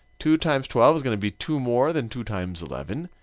two times twelve is going to be two more than two times eleven.